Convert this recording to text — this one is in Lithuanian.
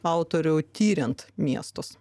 autoriau tiriant miestus